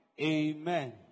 Amen